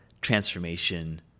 transformation